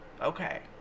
okay